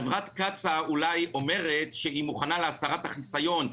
חברת קצא"א אולי אומרת שהיא מוכנה להסרת החיסיון,